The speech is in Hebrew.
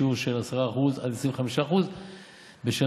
בשיעור של 10% 25% בשנה,